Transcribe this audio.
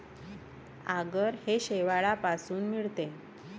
आगर हे शेवाळापासून मिळते